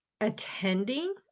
attending